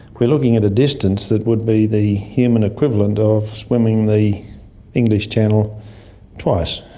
we're looking at a distance that would be the human equivalent of swimming the english channel twice.